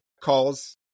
calls